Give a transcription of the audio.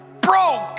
broke